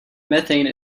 methane